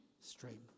stream